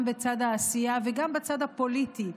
גם בצד העשייה וגם בצד הפוליטי,